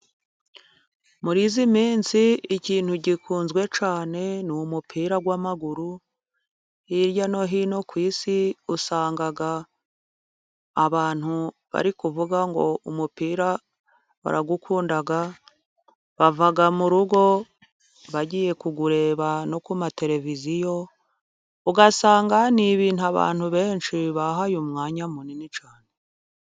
Muri iyi minsi ikintu gikunzwe cyane ni umupira w'amaguru, hirya no hino ku isi usanga abantu bari kuvuga ngo umupira barawukunda bava mu rugo bagiye kuwureba no ku matereviziyo, ugasanga ni ibintu abantu benshi bahaye umwanya munini cyane.